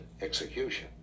execution